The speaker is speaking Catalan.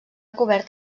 cobert